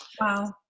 Wow